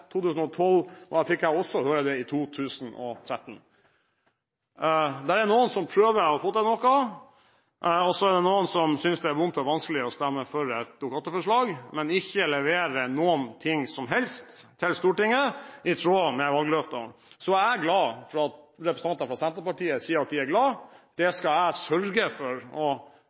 2012 – og jeg har også fått høre det nå, i 2013. Det er noen som prøver å få til noe, og så er det noen som synes det er vondt og vanskelig å stemme for et Dokument 8-forslag, men man leverer ikke noe som helst til Stortinget, i tråd med valgløftene. Så jeg er glad for at representantene fra Senterpartiet sier at de er glade. Det skal jeg sørge for